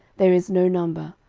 there is no number.